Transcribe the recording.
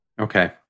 Okay